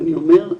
ואני אומר,